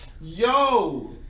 Yo